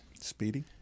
Speedy